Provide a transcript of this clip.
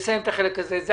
לקבל תשובה בתוך